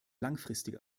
langfristig